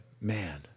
Man